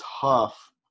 tough